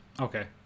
Okay